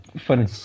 funny